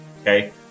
Okay